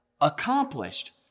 accomplished